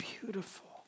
beautiful